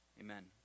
Amen